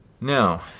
Now